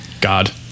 God